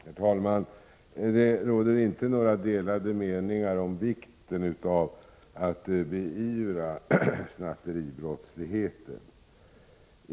Herr talman! Det råder inte några delade meningar om vikten av att beivra snatteribrottsligheten.